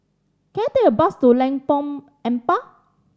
can I take a bus to Lengkong Empat